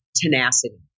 tenacity